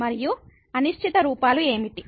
మరియు అనిశ్చిత రూపాలు ఏమిటి